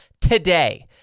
today